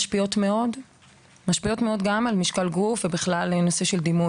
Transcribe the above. גם הן משפיעות על משקל הגוף ובכלל על נושא של דימוי,